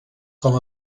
com